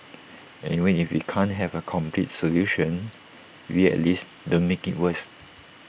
and even if we can't have A complete solution we at least don't make IT worse